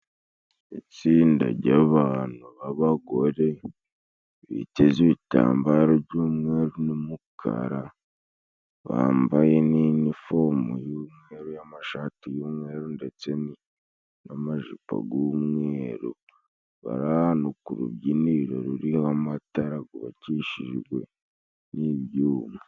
Itsinda jy'abantu b'abagore biteze ibitambaro by'umweru n'umukara bambaye n' inifomu y'umweru amashati y'umweru ndetse n'amajipo g'umweru bari ahantu ku rubyiniro ruriho amatara gubakishijwe n'ibyuma.